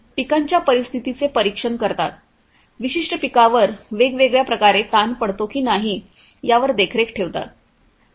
पिकांच्या स्थितीचे परीक्षण करतात विशिष्ट पिकावर वेगवेगळ्या प्रकारे ताण पडतो की नाही यावर देखरेख ठेवतात